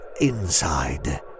inside